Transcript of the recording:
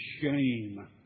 shame